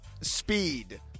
speed